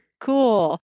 Cool